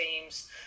teams